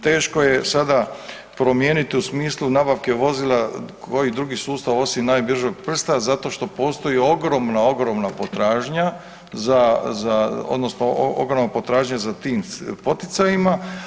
Teško je sada promijeniti u smislu nabavke vozila koji drugi sustav osim najbržeg prsta, zato što postoji ogromna, ogromna potražnja za odnosno ogromna potražnja za tim poticajima.